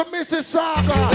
Mississauga